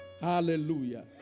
hallelujah